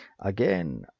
again